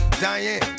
Diane